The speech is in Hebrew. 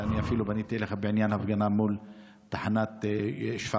ואני אפילו פניתי אליך בעניין הפגנה מול תחנת שפרעם.